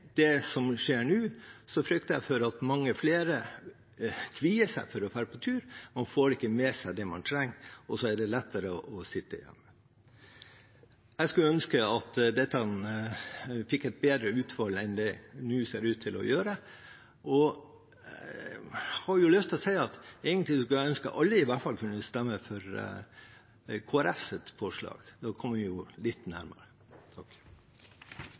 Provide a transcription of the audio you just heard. det som skjer nå, frykter jeg at mange flere kvier seg for å dra på tur – man får ikke med seg det man trenger, og da er det lettere å sitte hjemme. Jeg skulle ønske at dette fikk et bedre utfall enn det nå ser ut til å gjøre. Jeg skulle ønske at alle i hvert fall kunne stemme for Kristelig Folkepartis forslag. Da hadde vi kommet litt nærmere.